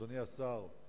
אדוני השר,